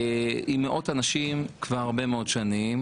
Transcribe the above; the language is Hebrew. עם מאות אנשים, כבר הרבה מאוד שנים.